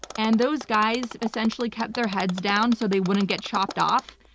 and those guys essentially kept their heads down so they wouldn't get chopped off.